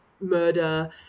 murder